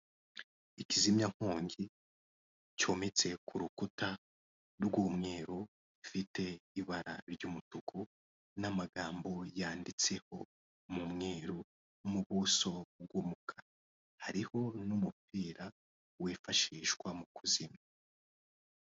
Ikizimyankongi cyometse ku rukuta rw'umweru ifite ibara ry'umutuku n'amagambo yanditseho mu umweru mu buso bw'umukara hariho n'umupira wifashishwa mu kuzimya.